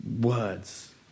words